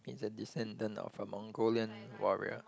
he's a descendent of a Mongolian warrior